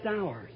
hours